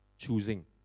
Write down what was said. choosing